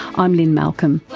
i'm lynne malcolm,